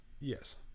yes